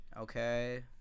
okay